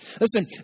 Listen